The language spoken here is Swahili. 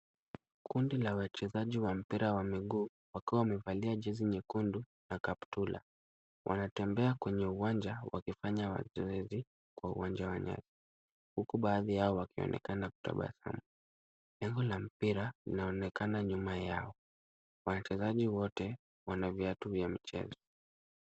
Kundi la wachezaji wa mpira wa miguu wakiwa wamevalia jezi nyekundu na kaptula wanatembea kwenye uwanja wakifanya mazoezi kwa uwanja wa nyasi, huku baadhi yao wakionekana kutabasamu. Nembo la mpira inaonekana nyuma yao. Wachezaji wote wana viatu vya mchezo.